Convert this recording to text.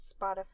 Spotify